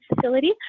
facility